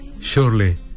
surely